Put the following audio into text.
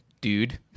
dude